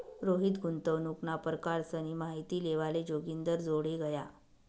रोहित गुंतवणूकना परकारसनी माहिती लेवाले जोगिंदरजोडे गया